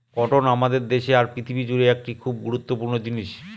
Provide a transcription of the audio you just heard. cotton আমাদের দেশে আর পৃথিবী জুড়ে একটি খুব গুরুত্বপূর্ণ জিনিস